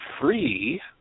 free